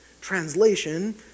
translation